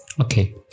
Okay